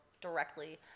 directly